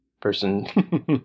person